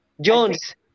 Jones